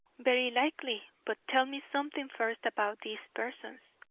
very likely, but tell me something first about these persons,